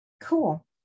cool